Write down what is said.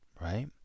right